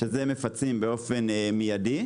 שזה מפצים מיידית,